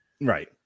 right